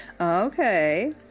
Okay